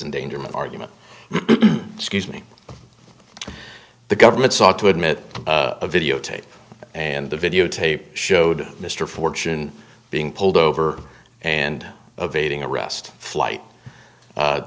endangerment argument scuse me the government sought to admit a videotape and the videotape showed mr fortune being pulled over and of aiding arrest flight